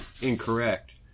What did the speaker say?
incorrect